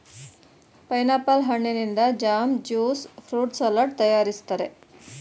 pineapple ಹಣ್ಣಿನಿಂದ jam, juice fruit salad ತರಯಾರಿಸ್ತರೆ